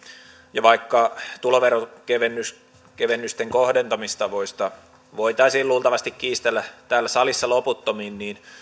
ja vaikka tuloveron kevennysten kohdentamistavoista voitaisiin luultavasti kiistellä täällä salissa loputtomiin niin